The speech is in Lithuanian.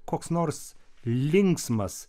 koks nors linksmas